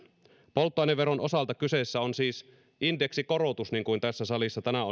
polttoaineveron osalta kyseessä on siis indeksikorotus niin kuin tässä salissa tänään